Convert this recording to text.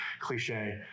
cliche